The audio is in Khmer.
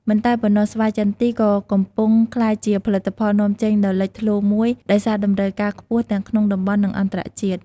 មិនតែប៉ុណ្ណោះ ស្វាយចន្ទី ក៏កំពុងក្លាយជាផលិតផលនាំចេញដ៏លេចធ្លោមូយ ដោយសារតម្រូវការខ្ពស់ទាំងក្នុងតំបន់ និងអន្តរជាតិ។